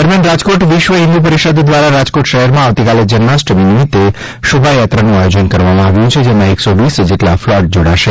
દરમ્યાન રાજકોટ વિશ્વ હિન્દુ પરિષદ દ્વારા રાજકોટ શહેરમાં આવતીકાલે જન્માષ્ટમી નિમિત્તે શોભાયાત્રાનું આયોજન કરવામાં આવ્યું છે જેમાં એકસો વીસ જેટલા ફ્લોટ જોડાશે